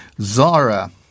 Zara